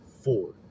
four